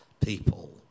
people